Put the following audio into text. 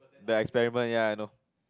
the experiment ya I know